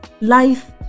Life